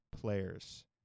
players